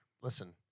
Listen